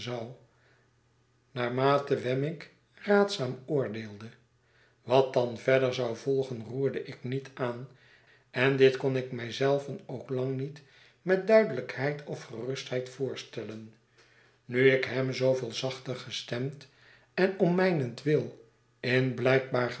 naarmate wemmick raadzaam oordeelde wat dan verder zou volgefa roerde ik niet aan en dit kon ik mij zelven ook lang niet met duidelijkheid of gerustheid voorstellen nu ik hem zooveel zachter gestemd en om mijnentwil in blijkbaar